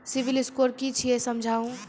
Civil score कि छियै समझाऊ?